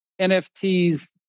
NFTs